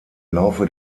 laufe